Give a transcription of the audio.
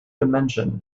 dimension